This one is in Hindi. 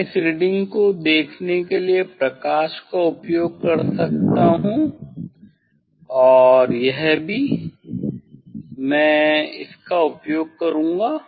मैं इस रीडिंग को देखने के लिए प्रकाश का उपयोग कर सकता हूं और यह भी मैं इसका उपयोग करूंगा